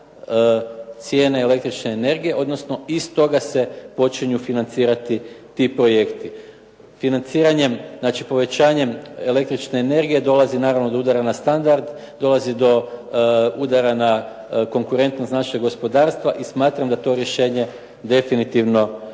cijene električne energije, odnosno iz toga se počinju financirati ti projekti. Financiranjem, znači povećanjem električne energije dolazi naravno do udara na standard, dolazi do udara na konkurentnost našeg gospodarstva i smatram da to rješenje definitivno